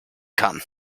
kann